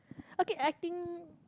okay I think